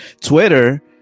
Twitter